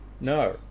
no